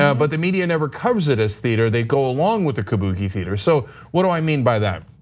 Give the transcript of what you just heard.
yeah but the media never covers it as theater they go along with the kabuki theater. so what do i mean by that?